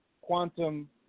quantum